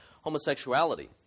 homosexuality